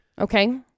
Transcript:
Okay